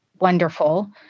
Wonderful